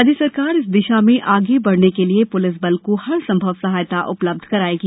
राज्य सरकार इस दिशा में आगे बढने के लिए पुलिस बल को हरसंभव सहायता उपलब्ध करायेगी